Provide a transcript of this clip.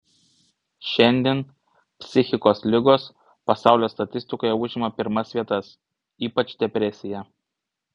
šiandien psichikos ligos pasaulio statistikoje užima pirmas vietas ypač depresija